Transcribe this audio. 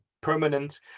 permanent